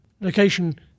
location